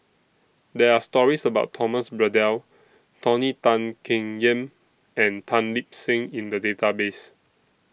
There Are stories about Thomas Braddell Tony Tan Keng Yam and Tan Lip Seng in The Database